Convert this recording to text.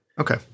Okay